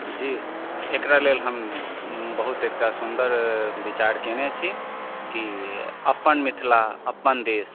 जी एकरा लेल हम बहुत एकटा सुन्दर विचार केने छी कि अपन मिथिला अपन देश